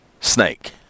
snake